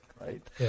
Right